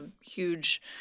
huge